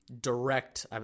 direct